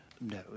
No